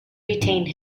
retained